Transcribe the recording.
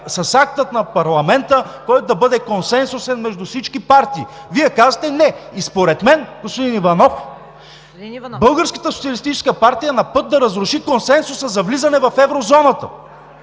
с акта на парламента, който да бъде консенсусен между всички партии. Какво повече да направим?! Вие казвате „не“! И според мен, господин Иванов, Българската социалистическа партия е на път да разруши консенсуса за влизане в Еврозоната.